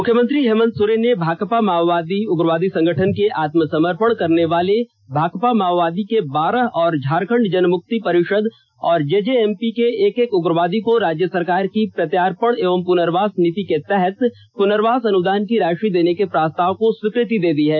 मुख्यमंत्री हेमन्त सोरेन ने भाकपा माओवादी उग्रवादी संगठन के आत्मसमर्पण करनेवाले भाकपा माओवादी के बारह और झारखंड जनमुक्ति परिषद तथा जेजेएमपी के एक एक उग्रवादी को राज्य सरकार की प्रत्यार्पण एवं पुनर्वास नीति के तहत पुनर्वास अनुदान की राशि देने के प्रस्ताव को स्वीकृति दे दी है